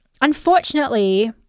unfortunately